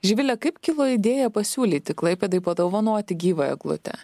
živile kaip kilo idėja pasiūlyti klaipėdai padovanoti gyvą eglutę